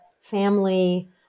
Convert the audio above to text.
family